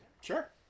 Sure